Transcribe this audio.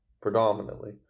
predominantly